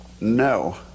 no